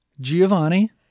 Giovanni